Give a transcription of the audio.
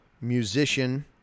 Musician